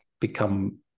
become